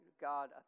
God